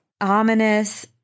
ominous